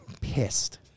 Pissed